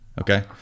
Okay